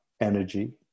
energy